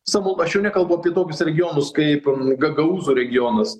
savo aš jau nekalbu apie tokius regionus kaip gagaūzų regionas